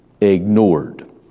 ignored